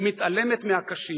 ומתעלמת מהקשים,